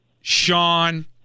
Sean